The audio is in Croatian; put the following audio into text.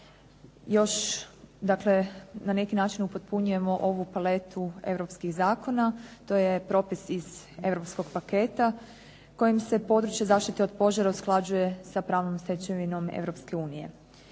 na neki način upotpunjujemo ovu paletu europskih zakona, to je propis iz europskog paketa, kojim se područje zaštite od požara usklađuje sa pravnom stečevinom